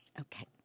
Okay